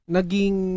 Naging